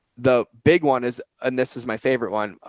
the big one is, and this is my favorite one.